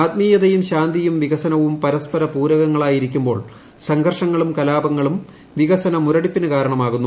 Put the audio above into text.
ആത്മീയതയും ശാന്തിയും വികസനവും പരസ്പരപൂരകങ്ങളായിരിക്കുമ്പോൾ സംഘർഷങ്ങളും കലാപങ്ങളും വികസനമുരടിപ്പിന് കാരണമാകുന്നു